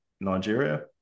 Nigeria